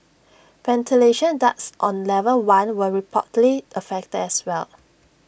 ventilation ducts on level one were reportedly affected as well